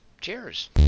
Cheers